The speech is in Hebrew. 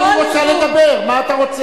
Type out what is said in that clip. אבל היא רוצה לדבר, מה אתה רוצה?